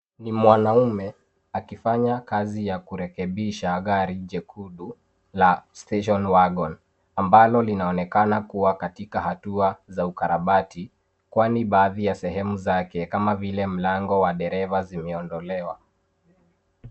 Ni mwanaume akifanya kazi ya kurekebisha gari jekundu la station wagon ambalo linaonekana kuwa katika hatua za ukarabati kwani baadhi ya sehemu zake kama vile mlango wa dereva zimeondolewa.